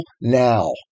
now